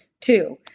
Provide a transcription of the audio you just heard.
Two